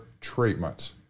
treatments